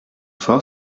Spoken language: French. fort